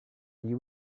you